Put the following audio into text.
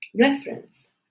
reference